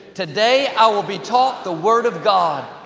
today i will be taught the word of god.